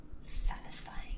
Satisfying